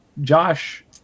Josh